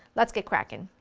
let's get cracking.